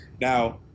Now